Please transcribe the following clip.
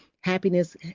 happiness